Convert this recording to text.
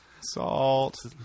Salt